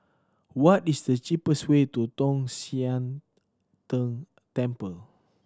what is the cheapest way to Tong Sian Tng Temple